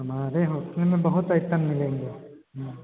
हमारे होटल में बहुत ऐसा मिलेंगे